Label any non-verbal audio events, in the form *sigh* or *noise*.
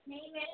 *unintelligible*